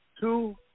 two